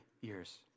years